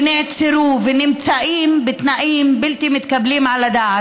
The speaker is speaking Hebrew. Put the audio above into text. ונעצרו, ונמצאים בתנאים בלתי מתקבלים על הדעת.